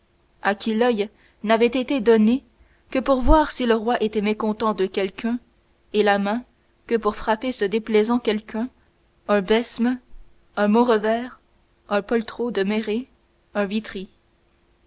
à qui l'oeil n'avait été donné que pour voir si le roi était mécontent de quelqu'un et la main que pour frapper ce déplaisant quelqu'un un besme un maurevers un poltrot de méré un vitry